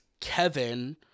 Kevin